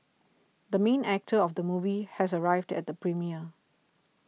the main actor of the movie has arrived at the premiere